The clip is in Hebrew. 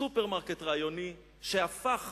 סופרמרקט רעיוני שהפך